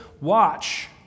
watch